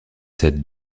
sept